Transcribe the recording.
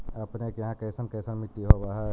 अपने के यहाँ कैसन कैसन मिट्टी होब है?